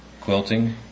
quilting